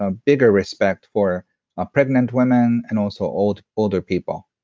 ah bigger respect for ah pregnant women and also older older people.